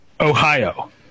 Ohio